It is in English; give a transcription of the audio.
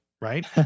right